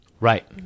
Right